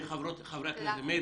מאיר